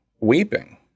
weeping